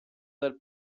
del